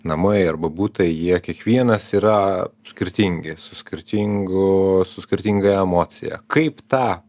namai arba butai jie kiekvienas yra skirtingi su skirtingu su skirtinga emocija kaip tą